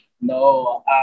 No